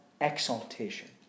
exaltation